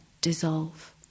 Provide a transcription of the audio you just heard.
dissolve